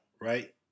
right